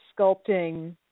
sculpting